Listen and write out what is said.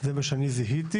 זה מה שאני זיהיתי.